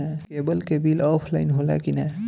Cable के bill offline होला कि ना?